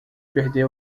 perder